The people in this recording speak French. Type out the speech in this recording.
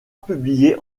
publiée